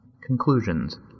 Conclusions